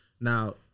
Now